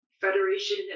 Federation